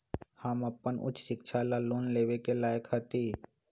हम अपन उच्च शिक्षा ला लोन लेवे के लायक हती?